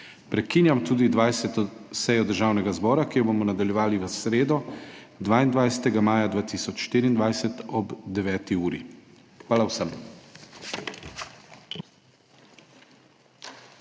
Prekinjam tudi 20. sejo Državnega zbora, ki jo bomo nadaljevali v sredo, 22. maja 2024, ob 9. uri. Hvala vsem.